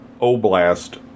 Oblast